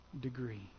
degree